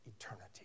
eternity